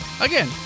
Again